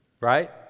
Right